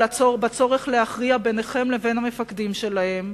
בצורך להכריע ביניכם לבין המפקדים שלהם.